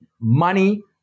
money